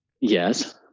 Yes